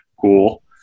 Cool